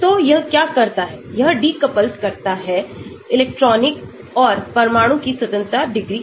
तो यह क्या करता है यह decouples करता है इलेक्ट्रॉनिक और परमाणु की स्वतंत्रता डिग्री को